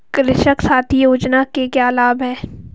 कृषक साथी योजना के क्या लाभ हैं?